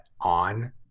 on